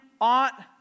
ought